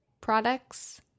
products